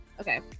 Okay